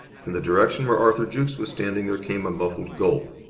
from the direction where arthur jukes was standing there came a muffled gulp.